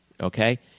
okay